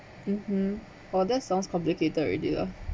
mmhmm oh that sounds complicated already lah